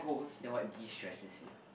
then what distresses you